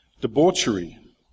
Debauchery